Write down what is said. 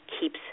keeps